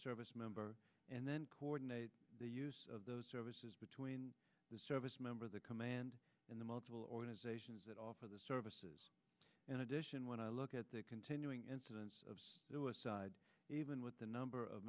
service member and then coordinate the use of those services between the service member the command and the multiple organizations that offer the services in addition when i look at the continuing incidence of even with the number of